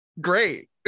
great